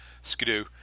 Skidoo